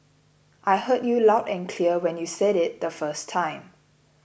I heard you loud and clear when you said it the first time